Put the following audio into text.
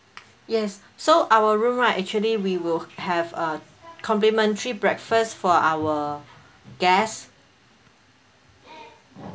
yes so our room right actually we will have a complimentary breakfast for our guest